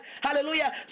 Hallelujah